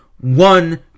one